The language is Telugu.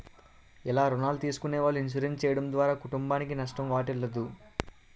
ఇల్ల రుణాలు తీసుకునే వాళ్ళు ఇన్సూరెన్స్ చేయడం ద్వారా కుటుంబానికి నష్టం వాటిల్లదు